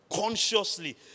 consciously